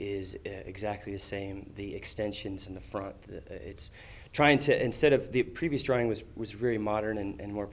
is exactly the same the extensions in the front it's trying to instead of the previous drawing was was really modern and